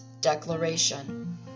declaration